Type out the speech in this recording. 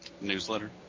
Newsletter